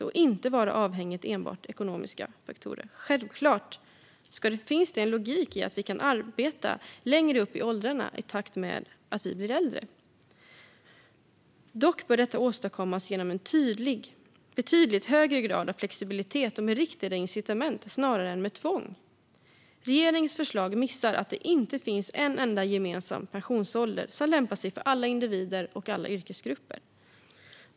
Det ska inte vara avhängigt enbart ekonomiska faktorer. Självklart finns det en logik i att vi kan arbeta längre upp i åldrarna i takt med att befolkningen blir allt äldre. Dock bör detta åstadkommas genom betydligt högre grad av flexibilitet och med riktade incitament snarare än tvång. Regeringens förslag missar att det inte finns en gemensam pensionsålder som lämpar sig för alla individer och alla yrkesgrupper.